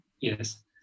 yes